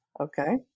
Okay